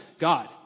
God